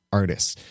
artists